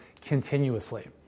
continuously